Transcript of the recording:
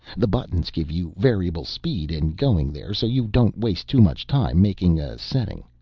the buttons give you variable speed in going there, so you don't waste too much time making a setting.